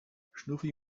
schnuffi